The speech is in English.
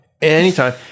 anytime